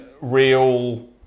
real